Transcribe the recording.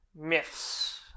myths